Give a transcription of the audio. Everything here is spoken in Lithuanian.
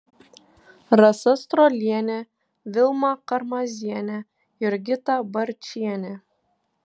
rasa strolienė vilma karmazienė jurgita barčienė